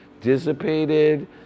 dissipated